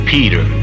Peter